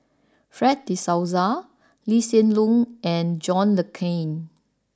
Fred De Souza Lee Hsien Loong and John Le Cain